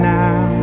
now